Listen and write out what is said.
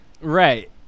right